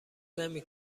نمی